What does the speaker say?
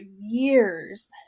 years